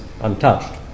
untouched